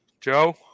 Joe